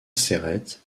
céret